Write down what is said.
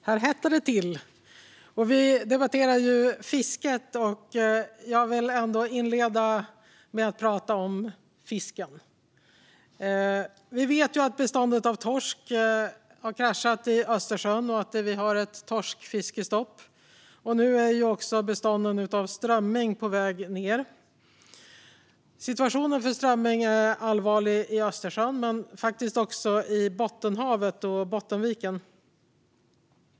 Herr talman! Vi debatterar fisket, och jag vill inleda med att prata om fisken. Vi vet ju att beståndet av torsk har kraschat i Östersjön och att vi har ett torskfiskestopp. Nu är också beståndet av strömming på väg ned. Situationen för strömming är allvarlig i Östersjön men också i Bottenhavet och Bottenviken.